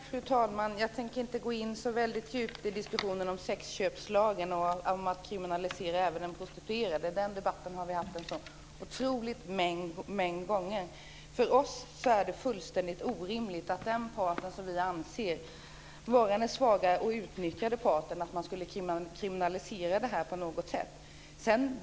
Fru talman! Jag tänker inte gå in så väldigt djupt i diskussionen om sexköpslagen och om att kriminalisera även den prostituerade. Den debatten har vi haft en så otrolig mängd gånger. För oss är det fullständigt orimligt att den part som vi anser vara den svagare och utnyttjade parten skulle kriminaliseras på något sätt.